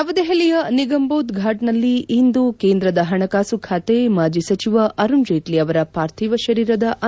ನವದೆಹಲಿಯ ನಿಗಮ್ಬೋಧ್ ಫಾಟ್ನಲ್ಲಿ ಇಂದು ಕೇಂದ್ರದ ಪಣಕಾಸು ಖಾತೆ ಮಾಜಿ ಸಚಿವ ಅರುಣ್ ಜೇಟ್ಲಿ ಅವರ ಪಾರ್ಥಿವ ಶರೀರದ ಅಂತ್ರಕ್ರಿಯೆ